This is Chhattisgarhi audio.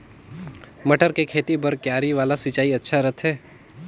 मटर के खेती बर क्यारी वाला सिंचाई अच्छा रथे?